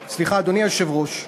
סליחה, אדוני היושב-ראש,